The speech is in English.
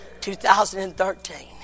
2013